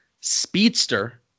speedster